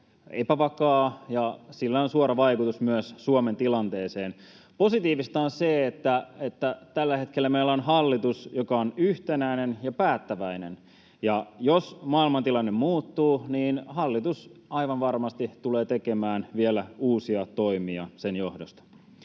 epävakaa, ja sillä on suora vaikutus myös Suomen tilanteeseen. Positiivista on se, että tällä hetkellä meillä on hallitus, joka on yhtenäinen ja päättäväinen, ja jos maailmantilanne muuttuu, niin hallitus aivan varmasti tulee tekemään vielä uusia toimia sen johdosta.